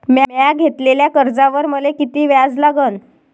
म्या घेतलेल्या कर्जावर मले किती व्याज लागन?